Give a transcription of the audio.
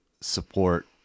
support